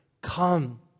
Come